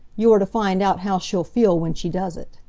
you are to find out how she'll feel when she does it.